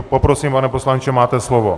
Poprosím, pane poslanče, máte slovo.